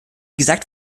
gesagt